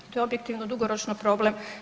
To je objektivno dugoročno problem.